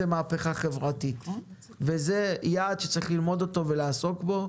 זאת מהפכה חברתית וזה יעד שצריך ללמוד אותו לעסוק בו.